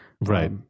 Right